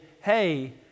Hey